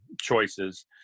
choices